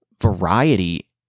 variety